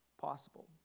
possible